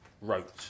wrote